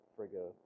Frigga